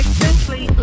simply